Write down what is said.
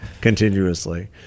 continuously